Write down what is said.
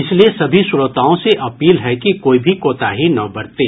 इसलिए सभी श्रोताओं से अपील है कि कोई भी कोताही न बरतें